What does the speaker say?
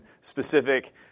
specific